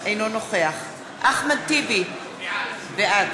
אינו נוכח אחמד טיבי, בעד